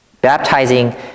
Baptizing